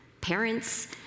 parents